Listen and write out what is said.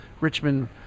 Richmond –